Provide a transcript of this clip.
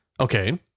Okay